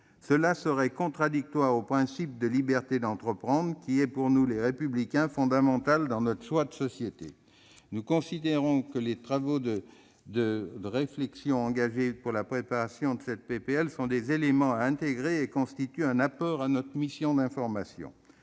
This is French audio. Cela serait contradictoire avec le principe de liberté d'entreprendre, que Les Républicains estiment fondamental dans notre choix de société. Nous considérons que les travaux et la réflexion engagée pour la préparation de cette proposition de loi sont des éléments à intégrer et constituent un apport pour notre mission d'information.